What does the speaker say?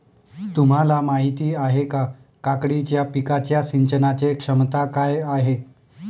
तुम्हाला माहिती आहे का, काकडीच्या पिकाच्या सिंचनाचे क्षमता काय आहे?